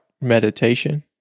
meditation